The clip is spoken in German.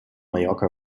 mallorca